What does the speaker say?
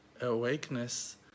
awakeness